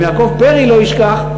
ואם יעקב פרי ישכח,